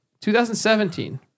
2017